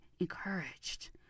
encouraged